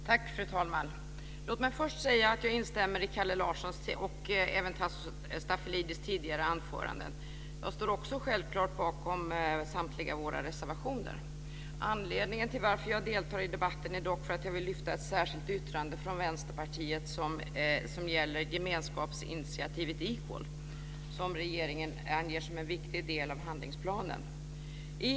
Fru talman! Låt mig först säga att jag instämmer i Kalle Larssons och även Tasso Stafilidis tidigare anföranden. Jag står självklart också bakom samtliga våra reservationer. Anledningen till att jag deltar i debatten är dock att jag vill lyfta fram ett särskilt yttrande från Vänsterpartiet gällande gemenskapsinitiativet Equal, som regeringen anger som en viktig del av handlingsplanen.